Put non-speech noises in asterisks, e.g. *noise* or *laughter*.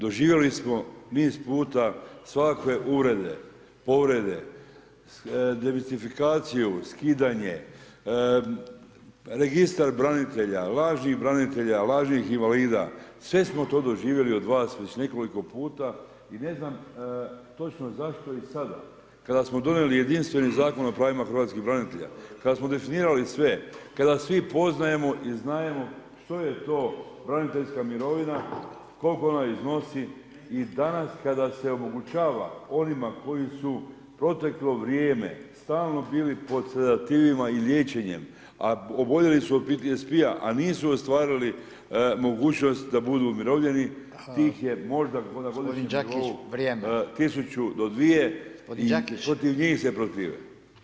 Doživjeli smo niz puta svakakve uvrede, povrede, diversifikaciju, skidanje, registar branitelja, lažnih branitelja, lažnih invalida, sve smo to doživjeli od vas, uz nekoliko puta i ne znam točno zašto i sada, kada smo donijeli jedinstveni Zakon o pravima hrvatskih branitelja, kada smo definirali sve, kada svi poznajemo i znajemo što je to braniteljska mirovina, koliko ona iznosi i danas, kada se omogućava onima koji su proteklo vrijeme, stalno bili pod … *unintelligible* i liječenjem a oboljeli su od PTSP-a, a nisu ostvarili mogućnost da budu umirovljeni, njih je možda … *unintelligible* 1000-2000 i protiv njih se protive.